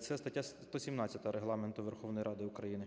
(це стаття 117 Регламенту Верховної Ради України).